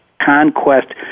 conquest